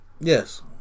Yes